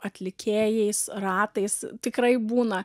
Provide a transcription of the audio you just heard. atlikėjais ratais tikrai būna